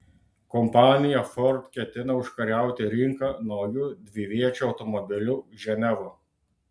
kompanija ford ketina užkariauti rinką nauju dviviečiu automobiliu ženeva